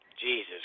Jesus